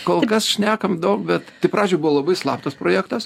kol kas šnekam daug bet tai pradžioj buvo labai slaptas projektas